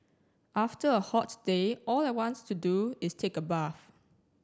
after a hot day all I want to do is take a bath